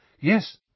Yes